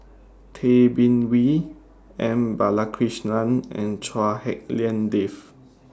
Tay Bin Wee M Balakrishnan and Chua Hak Lien Dave